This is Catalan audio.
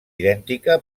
idèntica